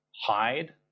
hide